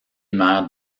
maire